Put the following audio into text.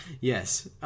yes